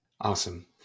Awesome